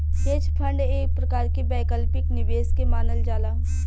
hedge fund एक प्रकार के वैकल्पिक निवेश के मानल जाला